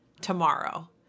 tomorrow